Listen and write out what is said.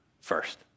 first